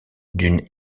d’une